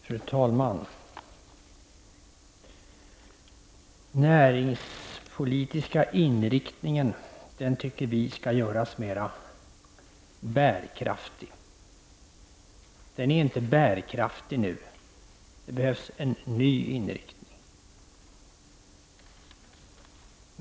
Fru talman! Vi tycker att den näringspolitiska inriktningen skall göras mer bärkraftig. Den nuvarande inriktningen är inte bärkraftig, utan det behövs en ny inriktning.